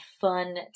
fun